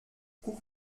guck